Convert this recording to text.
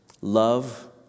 love